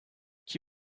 qui